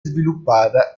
sviluppata